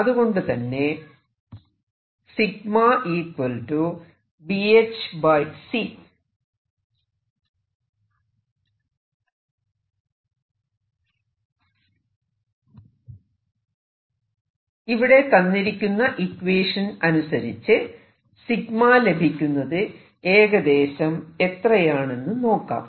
അതുകൊണ്ടു തന്നെ ഇവിടെ തന്നിരിക്കുന്ന ഇക്വേഷൻ അനുസരിച്ച് ലഭിക്കുന്നത് ഏകദേശം എത്രയാണെന്ന് നോക്കാം